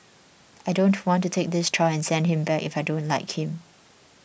I don't want to take this child and send him back if I don't like him